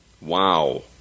Wow